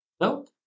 Nope